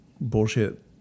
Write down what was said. bullshit